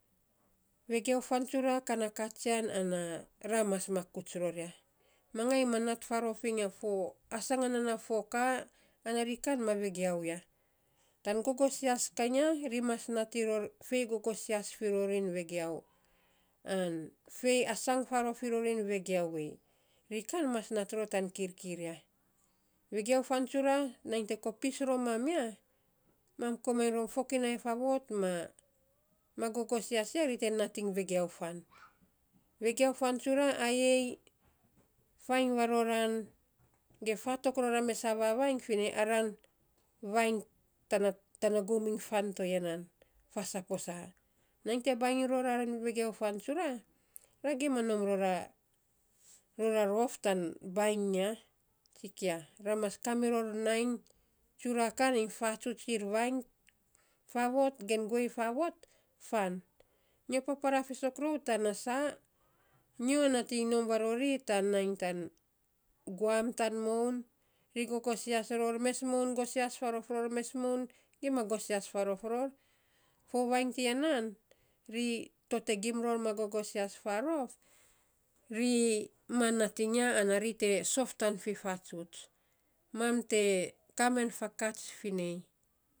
Vegiau fan tsura, ka na katsian, ana ra mas makuts ror ya. Mangai ma nat faarof iny a fo asangan nana fo ka, ana ri kan ma vegiau ya. Tan ggogsias kainy ya, ri mas nating ror fei gogsias rori vegiau, ain fai asanga faarof firor rin vegiau ei. Ri kan mas nat ror tan kirkir ya. Vegiau fan tsura, nainy te kopis ro mam ya, mam komainy rom fokinai fokinai faavot ma ma gogosias ya, ri te nating vegiau fan. Vegiau fan tsura, ayei fainy varora, ge faatok ror a mesa vavainy, finei aran vainy tan tana gum ainy fan toya nan faa saposa. Nainy te bainy roran vegiau fan tsura, ra gima nom ror a ror a rof tan bainy ya, tsikia, ra mas ka miro, nainy tsura kainy iny fatsuts ir vainy faavot gen guei faavot, fan. Nyo papara fiisok rou tana saa nyo nating nom varori tan nainy tan guam tan moun, ri gogsias ror, mes moun gosias faarof ror, mes moun gima gosias faarof ror. Fo vainy tiya nan, ri to te gima gogosias faarof, ri ma nating ya, ana ri te sof tan fifatsuts. Mam te kaa men fakats finei.